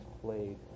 played